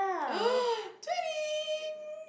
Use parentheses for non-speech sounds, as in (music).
(noise) twinning